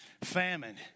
famine